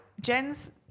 Jen's